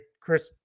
Chris